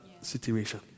situation